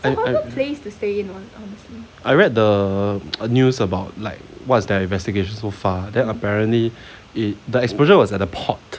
and and I read the news about like what's their investigation so far then apparently it the explosion was at the port